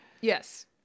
Yes